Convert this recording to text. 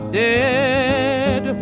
dead